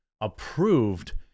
approved